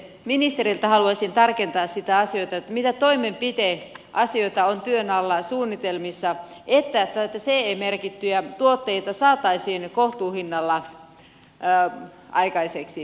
ministeriltä haluaisin tarkentaa sitä asiaa mitä toimenpideasioita on työn alla ja suunnitelmissa että näitä ce merkittyjä tuotteita saataisiin kohtuuhinnalla aikaiseksi